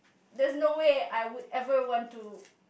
there's no way I would ever want to